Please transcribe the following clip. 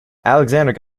alexander